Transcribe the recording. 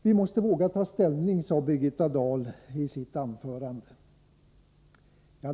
Vi måste våga ta ställning — sade Birgitta Dahl i sitt anförande.